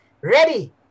ready